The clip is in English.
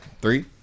three